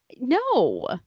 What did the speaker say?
No